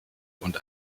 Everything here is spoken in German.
und